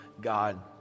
God